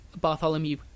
Bartholomew